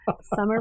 Summer